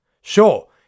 Sure